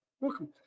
Welcome